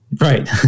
right